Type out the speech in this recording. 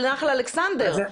לנחל אלכסנדר.